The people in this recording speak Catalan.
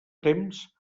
temps